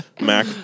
Mac